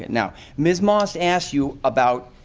now, ms. moss asked you about